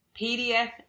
PDF